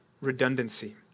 redundancy